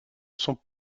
sont